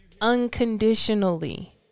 unconditionally